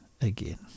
again